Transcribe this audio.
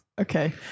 Okay